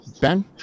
Ben